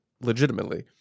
legitimately